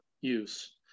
use